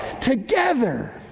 Together